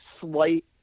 slight